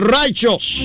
righteous